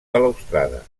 balustrada